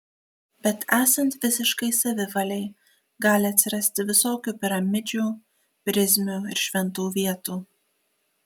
bet esant visiškai savivalei gali atsirasti visokių piramidžių prizmių ir šventų vietų